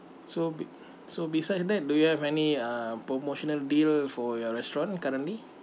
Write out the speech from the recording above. so be~ so besides that do you have any uh promotional deal for your restaurant currently